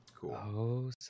Cool